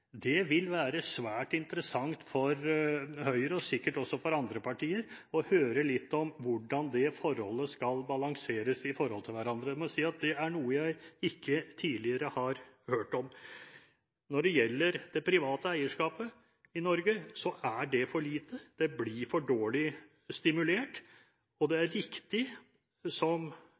Det vil være svært interessant for Høyre og sikkert også for andre partier å høre litt om hvordan dette skal balanseres i forhold til hverandre. Jeg må si at det er noe jeg ikke tidligere har hørt om. Når det gjelder det private eierskapet i Norge, er det for lite. Det blir for dårlig stimulert. Og det er riktig, som